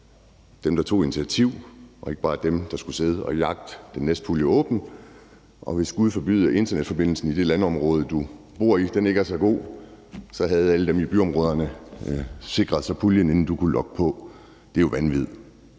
der tog et initiativ, og at det ikke bare var dem, der skulle jagte den næste pulje. Og hvis internetforbindelsen i det landområde, du bor i, ikke – gud forbyde det – var så god, havde alle dem i byområderne sikret sig puljen, inden du kunne logge på. Det er jo vanvid.